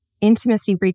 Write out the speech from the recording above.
intimacy